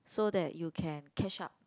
so that you can catch up